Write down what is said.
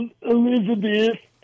Elizabeth